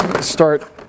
start